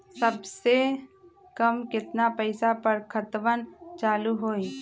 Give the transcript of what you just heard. सबसे कम केतना पईसा पर खतवन चालु होई?